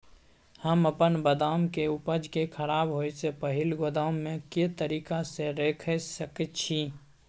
हम अपन बदाम के उपज के खराब होय से पहिल गोदाम में के तरीका से रैख सके छी?